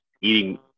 eating